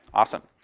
awesome.